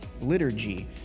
Liturgy